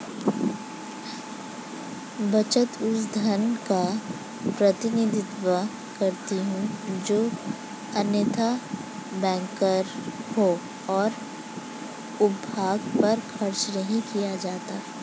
बचत उस धन का प्रतिनिधित्व करती है जो अन्यथा बेकार है और उपभोग पर खर्च नहीं किया जाता है